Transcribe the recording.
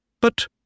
But